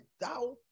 thou